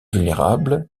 vulnérables